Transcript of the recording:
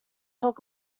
talk